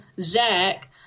Zach